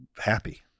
happy